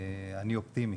אני אופטימי,